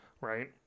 right